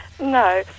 No